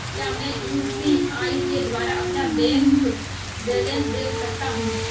क्या मैं यू.पी.आई के द्वारा अपना बैंक बैलेंस देख सकता हूँ?